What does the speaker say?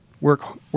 Work